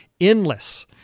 endless